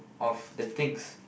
of the things